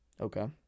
Okay